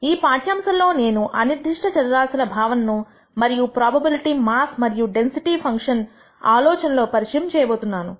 ఈ పాఠ్యాంశంలో నేను అనిర్దిష్ట చర రాశుల భావనను మరియు ప్రోబబిలిటీ మాస్ మరియు డెన్సిటీ ఫంక్షన్స్ ఆలోచనను పరిచయం చేయబోతున్నాను